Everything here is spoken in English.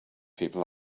people